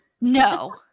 No